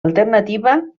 alternativa